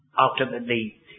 ultimately